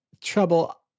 trouble